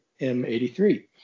M83